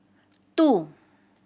two